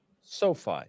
SoFi